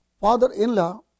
father-in-law